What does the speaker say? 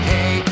Hey